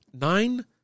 Nine